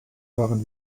waren